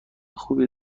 خوبی